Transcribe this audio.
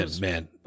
man